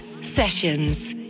Sessions